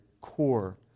core